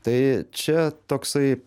tai čia toksai